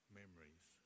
memories